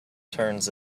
turns